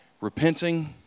repenting